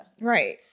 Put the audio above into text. Right